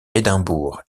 édimbourg